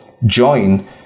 join